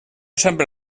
sempre